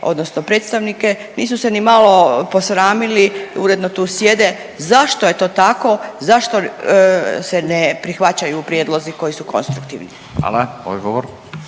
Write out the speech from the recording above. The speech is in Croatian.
odnosno predstavnike, nisu se nimalo posramili, uredno tu sjede, zašto je to tako, zašto se ne prihvaćaju prijedlozi koji su konstruktivni? **Radin, Furio